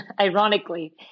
Ironically